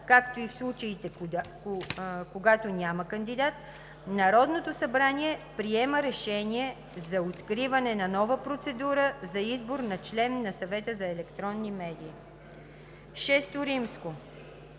както и в случаите, когато няма кандидат, Народното събрание приема решение за откриване на нова процедура за избор на член на Съвета за електронни медии. VI.